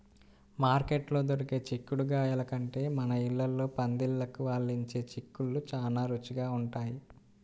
మార్కెట్లో దొరికే చిక్కుడుగాయల కంటే మన ఇళ్ళల్లో పందిళ్ళకు అల్లించే చిక్కుళ్ళు చానా రుచిగా ఉంటయ్